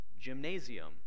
gymnasium